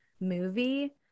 movie